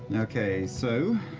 and okay, so